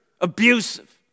abusive